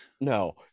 No